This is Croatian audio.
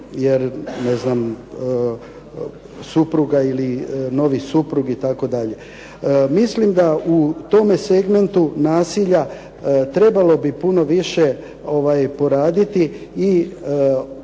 jer ne znam supruga ili novi suprug itd. Mislim da u tome segmentu nasilja trebalo bi puno više poraditi i u